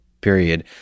period